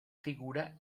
figura